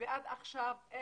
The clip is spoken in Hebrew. ועד עכשיו,